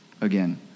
Again